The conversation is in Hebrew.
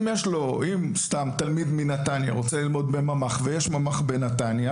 אם תלמיד מנתניה רוצה ללמוד בממ"ח ויש ממ"ח בנתניה